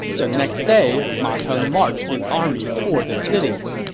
the next day, ma teng marched his army toward the city.